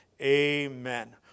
Amen